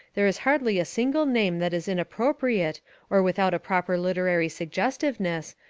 there is hardly a single name that is inappropriate or without a proper literary sug gestiveness,